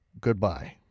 Goodbye